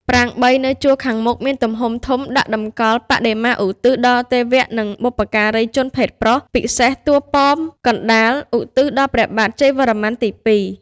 ប្រាង្គ ៣ នៅជួរខាងមុខមានទំហំធំ ដាក់តម្កល់ បដិមាឧទ្ទិសដល់ទេវៈនិងបុព្វការីជនភេទប្រុស ពិសេស តួប៉មកណ្តាល ឧទ្ទិសដល់ព្រះបាទ ជ័យវរ្ម័នទី ២ ។